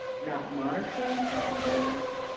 not monitoring plan goals,